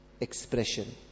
expression